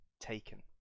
taken